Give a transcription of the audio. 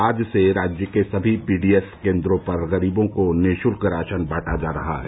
आज से राज्य के सभी पी डी एस केन्द्रों पर गरीबों को निःशुल्क राशन बांटा जा रहा है